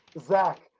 Zach